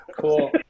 Cool